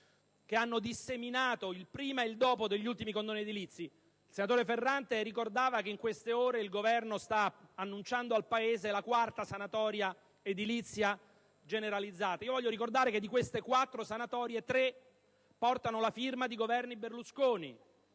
che hanno preceduto e seguito gli ultimi condoni edilizi. Il senatore Ferrante ricordava che in queste ore il Governo sta annunciando al Paese la quarta sanatoria edilizia generalizzata. Io voglio ricordare che di queste quattro sanatorie, tre portano la firma di Governi Berlusconi,